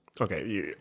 Okay